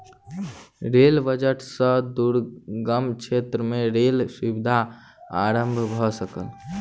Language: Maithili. रेल बजट सॅ दुर्गम क्षेत्र में रेल सुविधा आरम्भ भ सकल